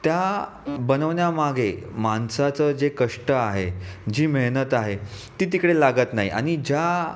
त्या बनवण्यामागे माणसाचं जे कष्ट आहे जी मेहनत आहे ती तिकडे लागत नाही आणि ज्या